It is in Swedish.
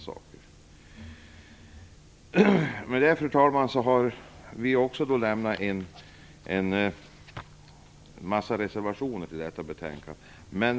Fru talman! Vi har avgivit ett antal reservationer vid betänkandet.